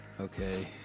Okay